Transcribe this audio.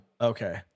Okay